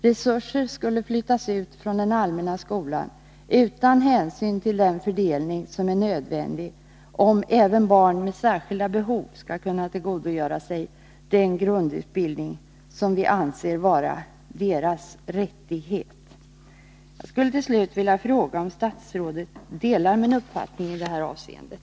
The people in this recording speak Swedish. Resurser skulle flyttas ut från den allmänna skolan utan hänsyn till den fördelning som är nödvändig, om även barn med särskilda behov skall kunna tillgodogöra sig den grundutbildning som vi anser vara deras rättighet. Jag skulle till slut vilja fråga om statsrådet delar min uppfattning i det här avseendet.